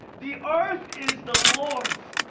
the earth is the lord's,